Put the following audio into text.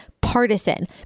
partisan